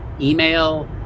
email